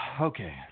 Okay